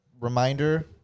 reminder